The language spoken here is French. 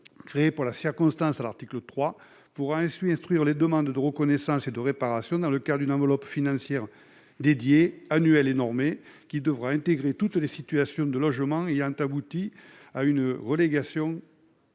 créée pour la circonstance à l'article 3, pourra instruire les demandes de reconnaissance et de réparation grâce à une enveloppe financière dédiée, annuelle et normée. Elle devra examiner toutes les formes de logement ayant abouti à une relégation.